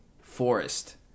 forest